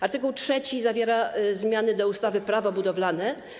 Art. 3 zawiera zmiany do ustawy Prawo budowlane.